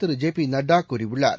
திரு த் பிநட்டாகூறியுள்ளார்